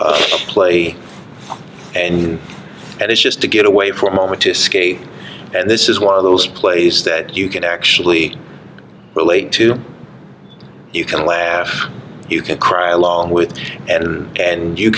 play and and it's just to get away for a moment to skate and this is one of those place that you can actually relate to you can laugh you can cry along with and and you